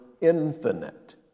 infinite